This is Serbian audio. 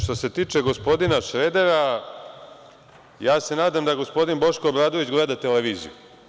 Što se tiče gospodina Šredera, ja se nadam da gospodin Boško Obradović gleda televiziju.